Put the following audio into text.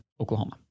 Oklahoma